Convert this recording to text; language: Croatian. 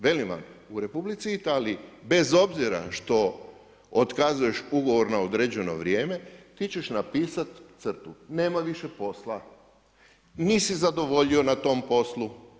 Velim vam, u Republici Italiji bez obzira što otkazuješ ugovor na određeno vrijeme ti će napisati crtu, nema više posla, nisi zadovoljio na tom poslu.